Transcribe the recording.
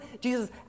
Jesus